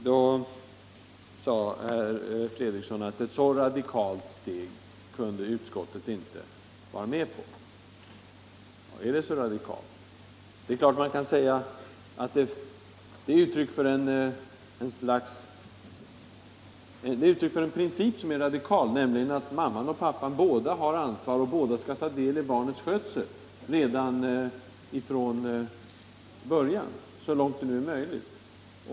Herr Fredriksson sade att utskottet — Föräldraförsäkringinte kunde vara med om ett så radikalt steg. Ja, är det så radikalt? en m.m. Det är klart att man kan säga att det är uttryck för en princip som är radikal, nämligen att mamman och pappan båda har ansvar för och båda skall ta del i barnets skötsel redan från början, så långt det är möjligt.